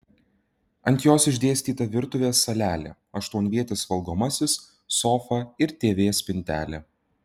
ant jos išdėstyta virtuvės salelė aštuonvietis valgomasis sofa ir tv spintelė